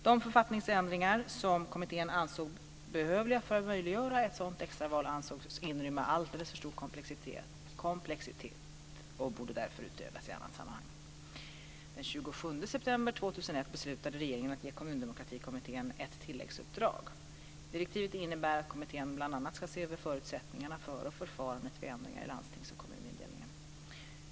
De författningsändringar som kommittén ansåg behövliga för möjliggöra ett sådant extraval ansågs inrymma alltför stor komplexitet och borde därför utredas i annat sammanhang. Den 27 september 2001 beslutade regeringen att ge Kommundemokratikommittén ett tilläggsuppdrag. Direktivet innebär att kommittén bl.a. ska se över förutsättningarna för och förfarandet vid ändringar i landstings och kommunindelningen.